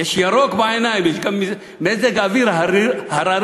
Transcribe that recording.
יש ירוק בעיניים, יש גם מזג אוויר הררי.